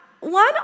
One